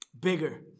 Bigger